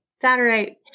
Saturday